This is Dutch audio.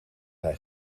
hij